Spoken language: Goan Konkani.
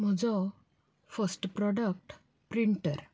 म्हजो फर्स्ट प्रोडक्ट प्रिंटर